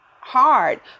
hard